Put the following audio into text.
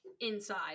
inside